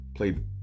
played